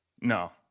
No